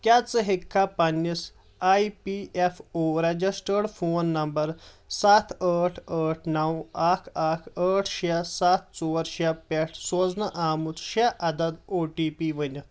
کیٛاہ ژٕ ہیٚکھا پننِس E P F O registered phone number سَتھ ٲٹھ ٲٹھ نَو اَکھ اَکھ ٲٹھ شےٚ سَتھ ژور شےٚ پٮ۪ٹھ سوزنہٕ آمُت شےٚ عدد او ٹی پی ؤنِتھ